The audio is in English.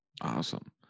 awesome